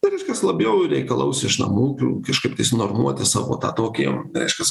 tai reiškias labiau reikalaus iš namų ūkių kažkaip tais normuoti savo tą tokį reiškias